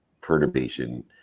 perturbation